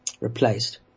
replaced